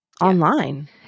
online